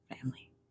family